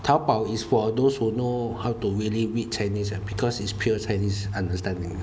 Taobao is for those who know how to really read chinese because it's pure chinese understanding